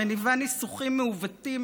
מניבה ניסוחים מעוותים,